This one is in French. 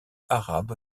arabe